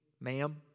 ma'am